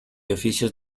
oficios